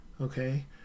okay